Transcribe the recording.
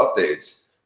updates